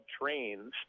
trains